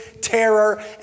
terror